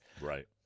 Right